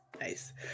nice